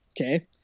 okay